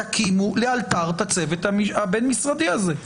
תקימו לאלתר את הצוות הבין-משרדי הזה.